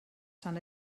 tan